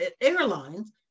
airlines